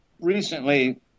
recently